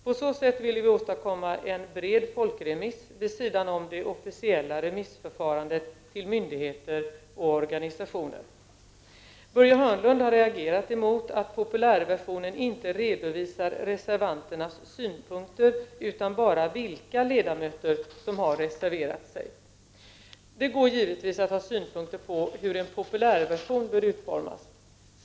På så sätt ville vi åstad komma en bred folkremiss vid sidan om den officiella remissen till myndigheter och organisationer. Börje Hörnlund har reagerat mot att populärversionen inte redovisar reservanternas synpunkter utan bara vilka ledamöter som har reserverat sig. Det går givetvis att ha synpunkter på hur en populärversion bör utformas.